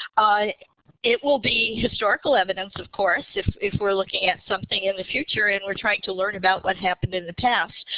ah it will be historical evidence, of course, if if we're looking at something in the future and we're trying to learn about what happened in the past.